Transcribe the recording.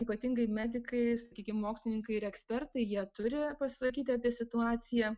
ypatingai medikai sakykim mokslininkai ir ekspertai jie turi pasisakyti apie situaciją